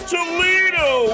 Toledo